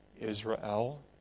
Israel